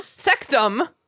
Sectum